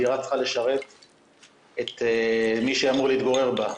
הדירה צריכה לשרת את מי שאמור להתגורר בה.